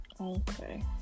okay